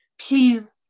please